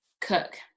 Cook